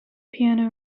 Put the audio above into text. piano